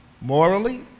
morally